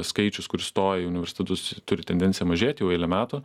skaičius kuris stoja į universitetus turi tendenciją mažėti jau eilę metų